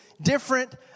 different